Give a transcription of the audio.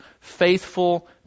faithful